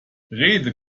rede